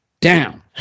down